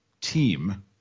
team